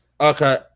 Okay